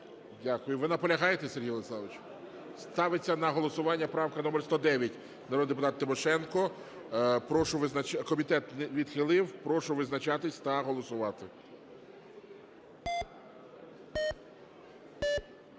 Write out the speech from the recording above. Дякую. Ви наполягаєте, Сергію Владиславовичу? Ставиться на голосування правка номер 109 народного депутата Тимошенко. Комітет відхилив. Прошу визначатись та голосувати.